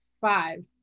five